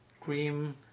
cream